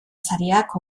sariak